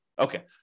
Okay